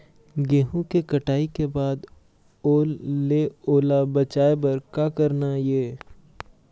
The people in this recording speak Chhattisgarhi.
गेहूं के कटाई के बाद ओल ले ओला बचाए बर का करना ये?